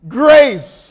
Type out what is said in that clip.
grace